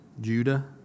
Judah